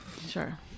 sure